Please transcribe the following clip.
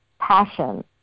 passion